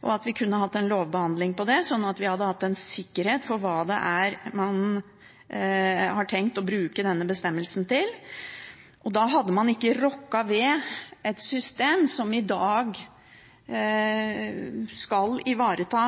man har tenkt å bruke denne bestemmelsen til. Da hadde man ikke rokket ved et system som i dag skal ivareta